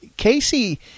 Casey